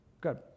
Good